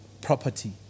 property